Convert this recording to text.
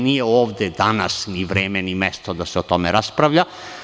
Nije ovde danas ni vreme ni mesto da se o tome raspravlja.